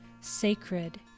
sacred